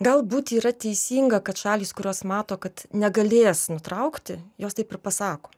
galbūt yra teisinga kad šalys kurios mato kad negalės nutraukti jos taip ir pasako